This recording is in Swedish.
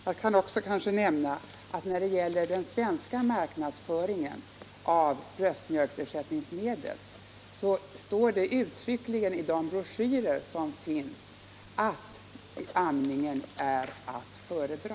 Jag kanske också kan nämna att då det gäller den svenska marknadsföringen av bröstmjölksersättningsmedel står det uttryckligen i de broschyrer som finns att amning är att föredra.